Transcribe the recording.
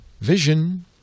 vision